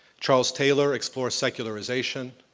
charles taylor explore secularization,